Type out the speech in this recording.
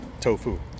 tofu